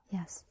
Yes